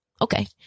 okay